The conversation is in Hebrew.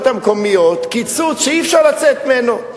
המקומיות קיצוץ שאי-אפשר לצאת ממנו.